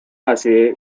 大学